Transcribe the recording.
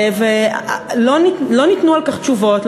לא ניתנו על כך תשובות,